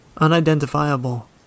unidentifiable